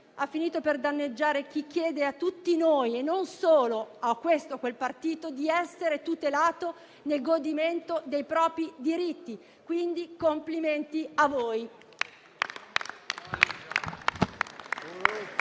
ha finito per danneggiare chi chiede a tutti noi e non solo a questo o a quel partito di essere tutelato nel godimento dei propri diritti. Quindi, complimenti a voi.